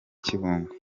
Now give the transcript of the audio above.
kibungo